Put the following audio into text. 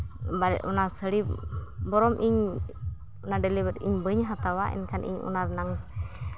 ᱚᱱᱟ ᱥᱟᱹᱲᱤ ᱵᱚᱨᱚᱝ ᱤᱧ ᱚᱱᱟ ᱰᱮᱞᱤᱵᱷᱟᱹᱨᱤ ᱵᱟᱹᱧ ᱦᱟᱛᱟᱣᱟ ᱮᱱᱠᱷᱟᱱ ᱤᱧ ᱚᱱᱟ ᱨᱮᱱᱟᱜ